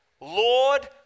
Lord